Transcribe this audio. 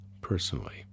personally